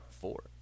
Four